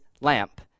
lamp